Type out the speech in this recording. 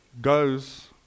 goes